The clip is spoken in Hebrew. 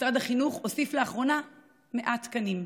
משרד החינוך הוסיף לאחרונה 100 תקנים.